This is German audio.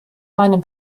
meinem